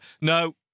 no